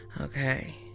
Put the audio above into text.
Okay